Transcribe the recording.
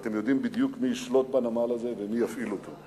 אתם יודעים בדיוק מי ישלוט בנמל הזה ומי יפעיל אותו.